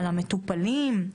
על המטופלים,